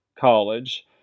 college